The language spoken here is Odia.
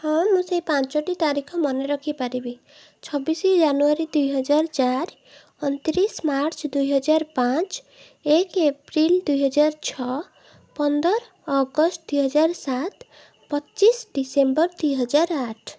ହଁ ମୁଁ ସେଇ ପାଞ୍ଚଟି ତାରିଖ ମନେ ରଖିପାରିବି ଛବିଶ ଜାନୁୟାରୀ ଦୁଇହଜାର ଚାର ଅଣତିରିଶ ମାର୍ଚ୍ଚ ଦୁଇହଜାର ପାଞ୍ଚ ଏକ ଏପ୍ରିଲ ଦୁଇହଜାର ଛଅ ପନ୍ଦର ଅଗଷ୍ଟ ଦୁଇହଜାର ସାତ ପଚିଶ ଡିସେମ୍ବର ଦୁଇହଜାର ଆଠ